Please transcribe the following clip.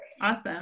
Awesome